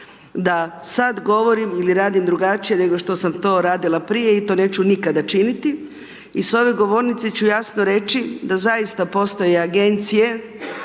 da sada govorim ili radim drugačije, nego što sam to radila prije i to neću nikada činiti. I s ove govornice ću jasno reći, da zaista postoje agencije,